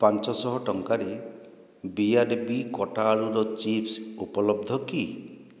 ପାଞ୍ଚଶହ ଟଙ୍କାରେ B R B କଟା ଆଳୁର ଚିପ୍ସ୍ ଉପଲବ୍ଧ କି